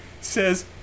says